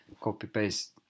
copy-paste